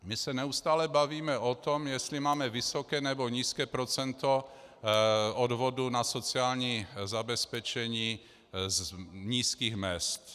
My se neustále bavíme o tom, jestli máme vysoké, nebo nízké procento odvodů na sociální zabezpečení z nízkých mezd.